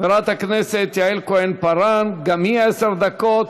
חברת הכנסת יעל כהן-פארן, גם היא עשר דקות.